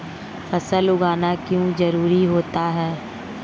फसल उगाना क्यों जरूरी होता है?